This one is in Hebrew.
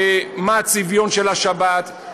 מה הצביון של השבת.